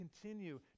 continue